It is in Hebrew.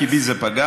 כי בי זה פגע,